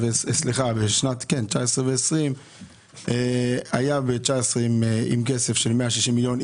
בשנת 2019 ו-2020 המשרד היה עם תקציב של 160 מיליון,